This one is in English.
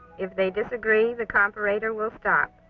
if they disagree, the comparator will stop.